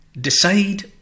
decide